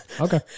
Okay